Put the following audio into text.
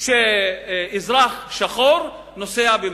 שאזרח שחור נוסע ב"מרצדס"?